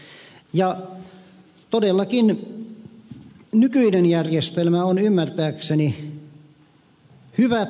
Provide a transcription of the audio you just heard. todellakin nykyinen järjestelmä on ymmärtääkseni hyvä